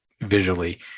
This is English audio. visually